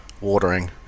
watering